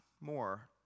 more